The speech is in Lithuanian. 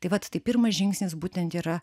tai vat tai pirmas žingsnis būtent yra